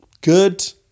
Good